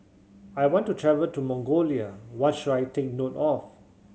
I want to travel to Mongolia what should I take note of